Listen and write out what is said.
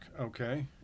okay